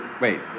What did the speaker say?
Wait